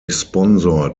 sponsor